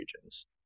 regions